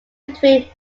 between